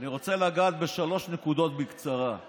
האטימות שלו כלפי חלשים,